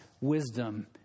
wisdom